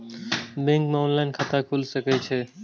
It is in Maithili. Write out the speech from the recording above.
बैंक में ऑनलाईन खाता खुल सके छे?